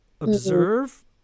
observe